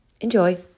Enjoy